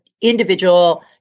individual